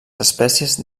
espècies